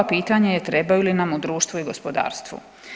Pitanje je trebaju li nam u društvu i gospodarstvu?